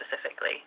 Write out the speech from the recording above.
specifically